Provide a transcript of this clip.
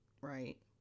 right